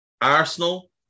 Arsenal